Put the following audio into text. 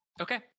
okay